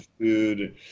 food